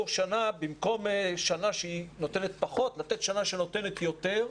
במקום לתת שנה שנותנת פחות, לתת שנה שנותנת יותר.